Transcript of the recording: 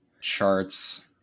charts